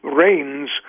rains